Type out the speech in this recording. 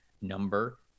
number